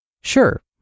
Sure